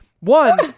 One